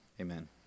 Amen